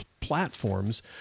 platforms